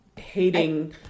hating